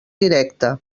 directe